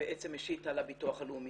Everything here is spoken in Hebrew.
בעצם משית על הביטוח הלאומי,